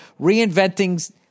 Reinventing